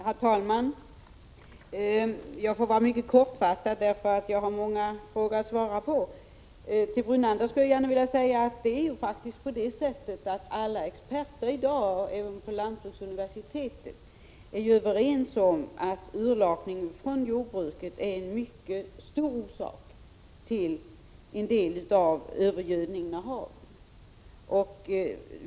Herr talman! Jag får fatta mig mycket kort, för jag har många frågor att svara på. Till Lennart Brunander skulle jag vilja säga att alla experter, även på lantbruksuniversitetet, är ju överens om att urlakningen från jordbruket är en mycket stor orsak till en del av övergödningen av haven.